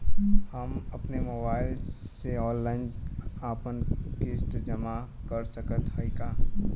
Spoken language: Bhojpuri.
हम अपने मोबाइल से ऑनलाइन आपन किस्त जमा कर सकत हई का?